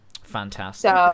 fantastic